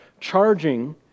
charging